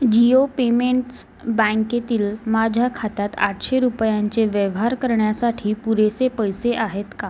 Jio payments बँकेतील माझ्या खात्यात आठशे रुपयांचे व्यवहार करण्यासाठी पुरेसे पैसे आहेत का